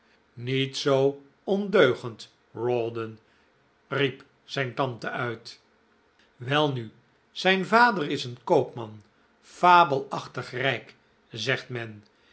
niet zoo ondeugend rawdon riep zijn tante uit welnu zijn vader is een koopman fabelachtig rijk zegt men